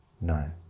No